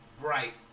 bright